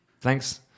Thanks